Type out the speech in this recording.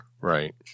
Right